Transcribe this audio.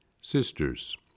Sisters